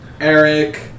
Eric